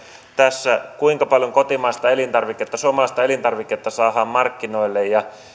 tässä kuinka paljon kotimaista elintarviketta suomalaista elintarviketta saadaan markkinoille